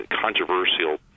controversial